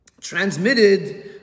transmitted